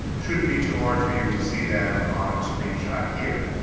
shouldn't be too hard for you to see them on the screenshot here.